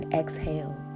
exhale